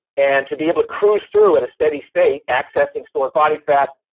and to be able to cruise through at a steady state, accessing stored body fat,